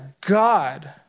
God